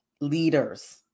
leaders